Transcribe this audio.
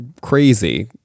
crazy